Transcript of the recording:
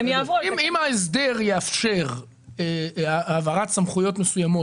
אם ההסדר יאפשר העברת סמכויות מסוימות